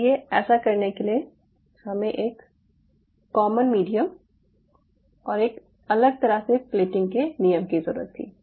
इसलिए ऐसा करने के लिए हमें एक कॉमन मीडियम और एक अलग तरह से प्लेटिंग के नियम की जरूरत थी